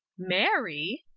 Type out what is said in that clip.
marry!